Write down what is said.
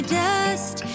dust